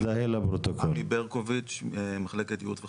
עמי ברקוביץ מחלקת ייעוץ וחקיקה,